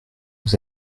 nous